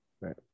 right